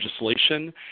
legislation